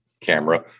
camera